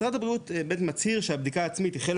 משרד הבריאות מצהיר שבדיקה עצמית היא חלק